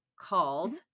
called